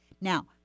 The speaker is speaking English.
Now